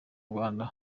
rwanda